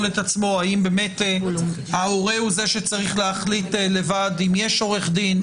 את עצמו האם באמת ההורה הוא זה שצריך להחליט לבד אם יש עורך דין,